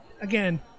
again